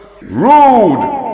Rude